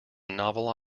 novel